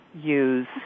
use